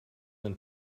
than